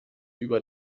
über